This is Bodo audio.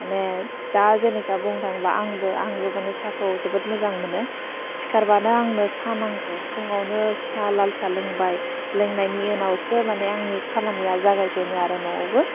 माने दा जेनेखा बुंनो थाङोबा आंबो आंबो मानि साहाखौ जोबोर मोजां मोनो सिखारबानो आंनो साहा नांगौ फुङावनो साहा लाल साहा लोंबाय लोंनायनि उनावसो मानि आंनि खामानिया जागायजेनो आरो न'आवबो